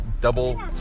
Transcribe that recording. double